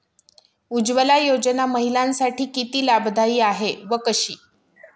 उज्ज्वला योजना महिलांसाठी किती लाभदायी आहे व कशी?